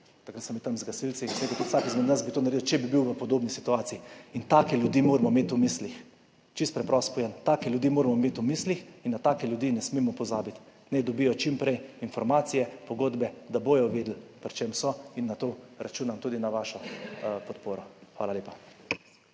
takrat sem bil tam z gasilci in sem rekel, tudi vsak izmed nas bi to naredil, če bi bil v podobni situaciji. In take ljudi moramo imeti v mislih, čisto preprosto povedano. Take ljudi moramo imeti v mislih in na take ljudi ne smemo pozabiti. Naj dobijo čim prej informacije, pogodbe, da bodo vedeli, pri čem so. In pri tem računam tudi na vašo podporo. Hvala lepa.